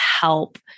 help